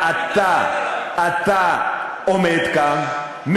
אתה עומד כאן,